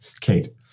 Kate